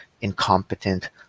incompetent